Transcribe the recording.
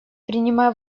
принимая